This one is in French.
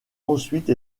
ensuite